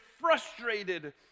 frustrated